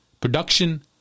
Production